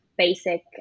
basic